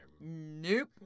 Nope